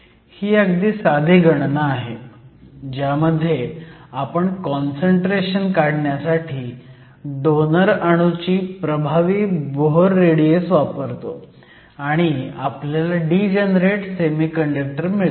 ही अगदी साधी गणना आहे ज्यामध्ये आपण काँसंट्रेशन काढण्यासाठी डोनर अणूची प्रभावी बोहर रेडियस वापरतो आणि आपल्याला डीजनरेट सेमीकंडक्टर मिळतो